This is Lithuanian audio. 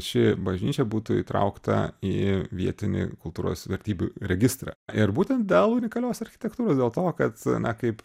ši bažnyčia būtų įtraukta į vietinį kultūros vertybių registrą ir būtent dėl unikalios architektūros dėl to kad na kaip